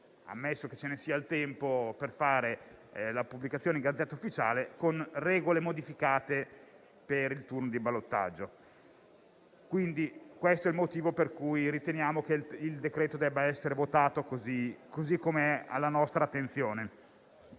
ammesso che ci sia il tempo per la pubblicazione in *Gazzetta Ufficiale* - con regole modificate per il turno di ballottaggio. Questo è il motivo per cui riteniamo che il provvedimento debba essere votato così com'è alla nostra attenzione.